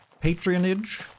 patronage